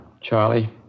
Charlie